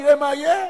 נראה מה יהיה?